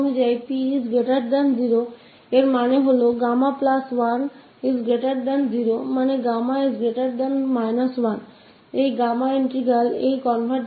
यह पहले ही था और इस बंधन के अनुसार p0 इसका मतलब है 1 0 इसका मतलब है 1 इस गामा इंटीग्रल क convergence क लिए